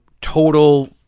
total